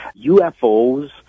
UFOs